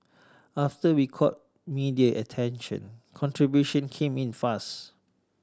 after we caught media attention contribution came in fast